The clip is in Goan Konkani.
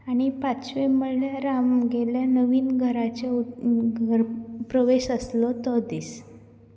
आनी पांचवे म्हणल्यार आमगेल्या नवीन घरांचे उद घर प्रवेश आसलो तो दीस